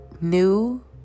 new